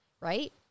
right